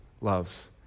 loves